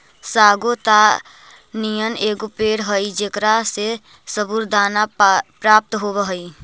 sago ताड़ नियन एगो पेड़ हई जेकरा से सबूरदाना प्राप्त होब हई